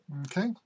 Okay